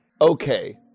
Okay